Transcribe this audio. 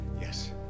Yes